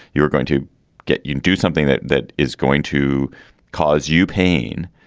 you're going to get you do something that that is going to cause you pain.